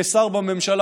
כשר בממשלה,